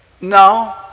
No